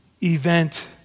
event